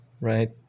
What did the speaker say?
Right